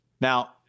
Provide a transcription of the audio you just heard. Now